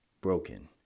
Broken